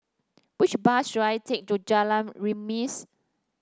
which bus should I take to Jalan Remis